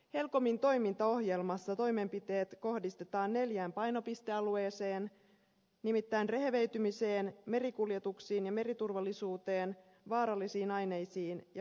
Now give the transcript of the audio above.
helcomin toimintaohjelmassa toimenpiteet kohdistetaan neljään painopistealueeseen nimittäin rehevöitymiseen merikuljetuksiin ja meriturvallisuuteen vaarallisiin aineisiin ja biodiversiteettiin